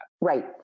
Right